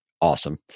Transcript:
awesome